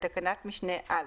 בתקנת משנה (א),